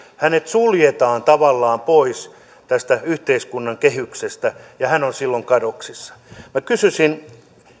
hänet suljetaan tavallaan pois tästä yhteiskunnan kehyksestä ja hän on silloin kadoksissa minä kysyisin